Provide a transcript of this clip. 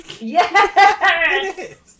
Yes